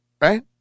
right